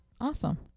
Awesome